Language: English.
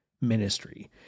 Ministry